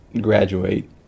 graduate